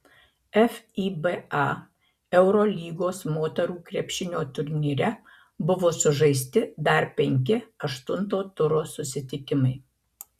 fiba eurolygos moterų krepšinio turnyre buvo sužaisti dar penki aštunto turo susitikimai